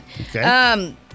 Okay